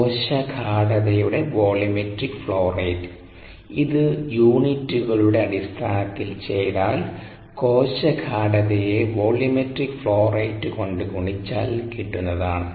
കോശ ഗാഢതയുടെ volumetric flow rate ഇത് യൂണിറ്റുകളുടെ അടിസ്ഥാനത്തിൽ ചെയ്താൽ കോശ ഗാഢതയെ വോള്യൂമെട്രിക് ഫ്ലോ റേറ്റ് കൊണ്ടു ഗുണിച്ചാൽ കിട്ടുന്നതാണ്